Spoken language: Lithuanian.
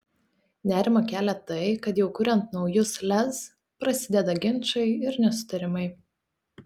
nerimą kelią tai kad jau kuriant naujus lez prasideda ginčai ir nesutarimai